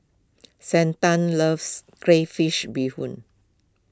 Santa loves Crayfish BeeHoon